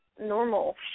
normal